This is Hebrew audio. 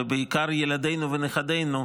ובעיקר ילדינו ונכדינו,